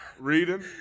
Reading